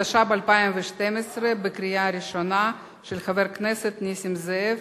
התשע"ב 2012, של חבר הכנסת נסים זאב